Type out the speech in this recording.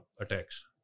attacks